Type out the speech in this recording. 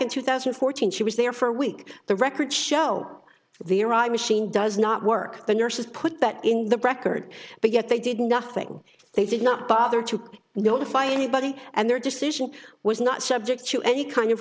in two thousand and fourteen she was there for a week the record show the arrive machine does not work the nurses put that in the record but yet they did nothing they did not bother to notify anybody and their decision was not subject to any kind of